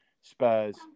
Spurs